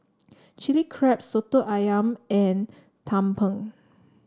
Chilli Crab Soto ayam and Tumpeng